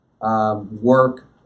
work